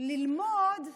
ללמוד אזרחות.